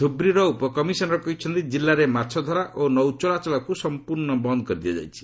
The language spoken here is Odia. ଧୁବ୍ରିର ଉପକମିଶନର୍ କହିଛନ୍ତି ଜିଲ୍ଲାରେ ମାଛଧରା ଓ ନୌଚଳାଚଳକୁ ସମ୍ପର୍ଣ୍ଣ ବନ୍ଦ୍ କରାଯାଇଛି